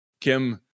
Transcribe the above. Kim